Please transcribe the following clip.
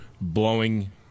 blowing